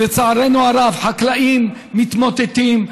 לצערנו הרב חקלאים מתמוטטים,